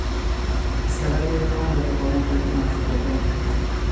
salary account যাতে কর্মচারীদের মাসিক বেতন ঢুকতিছে